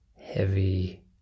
heavy